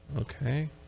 okay